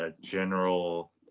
general